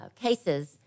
cases